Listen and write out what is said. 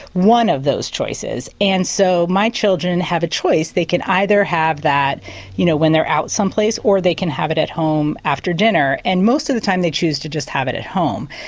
one of those choices. and so my children have a choice they can either have that you know when they're out some place or they can have it a home after dinner. and most of the time they choose to just have it at home,